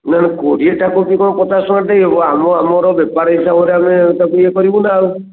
ma'am କୋଡ଼ିଏଟା କୋବି କ'ଣ ପଚାଶ ଟଙ୍କାରେ ଦେଇହେବ ଆମେ ଆମର ବେପାର ହିସାବରେ ଆମେ ତା'କୁ ଇଏ କରିବୁ ନା ଆଉ